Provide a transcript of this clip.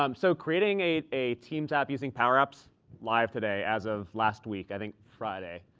um so creating a a team app using power apps live today as of last week, i think friday,